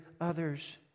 others